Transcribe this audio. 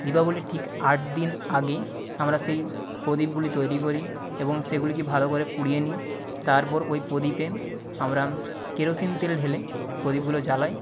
দীপাবলির ঠিক আট দিন আগে আমরা সেই প্রদীপগুলি তৈরি করি এবং সেগুলিকে ভালো করে পুড়িয়ে নিই তারপর ওই প্রদীপে আমরা কেরোসিন তেল ঢেলে প্রদীপগুলো জ্বালাই